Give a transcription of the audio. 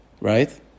right